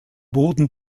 boden